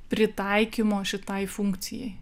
pritaikymo šitai funkcijai